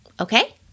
Okay